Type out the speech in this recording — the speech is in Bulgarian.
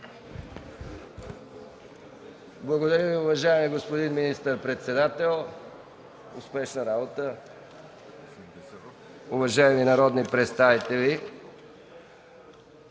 Благодаря Ви, уважаеми господин министър-председател. Уважаеми народни представители,